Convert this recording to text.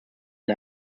den